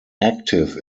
active